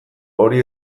hori